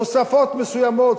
תוספות מסוימות,